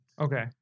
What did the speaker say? Okay